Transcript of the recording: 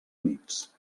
units